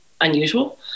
unusual